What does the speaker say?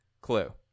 clue